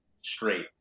straight